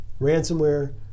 ransomware